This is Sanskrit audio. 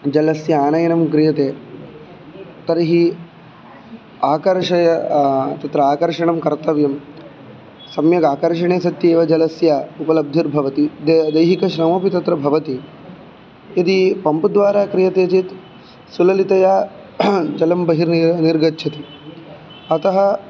जलस्य आनयनं क्रियते तर्हि आकर्षय तत्र आकर्षणं कर्तव्यं सम्यगाकर्षणे सत्येव जलस्य उपलब्धिर्भवति द दैहिकश्रममपि तत्र भवति यदि पम्प् द्वारा क्रियते चेत् सुललितया जलं बहिर्निर् निर्गच्छति अतः